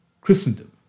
Christendom